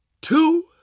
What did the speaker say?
two